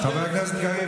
חבר הכנסת קריב,